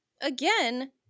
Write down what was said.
again